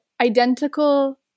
identical